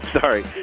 sorry.